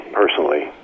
personally